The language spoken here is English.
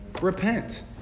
Repent